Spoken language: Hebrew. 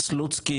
סלוצקי,